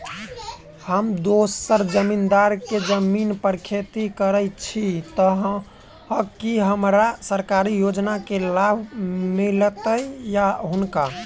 हम दोसर जमींदार केँ जमीन पर खेती करै छी तऽ की हमरा सरकारी योजना केँ लाभ मीलतय या हुनका?